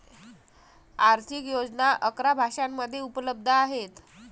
आर्थिक योजना अकरा भाषांमध्ये उपलब्ध आहेत